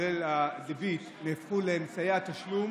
כולל הדביט, נהפכו לאמצעי התשלום